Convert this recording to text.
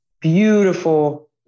beautiful